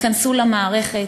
ייכנסו למערכת,